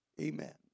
Amen